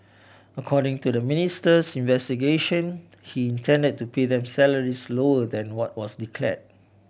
according to the ministry's investigation he intended to pay them salaries lower than what was declared